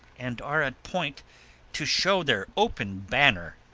and are at point to show their open banner